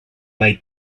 mai